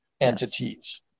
entities